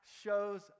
shows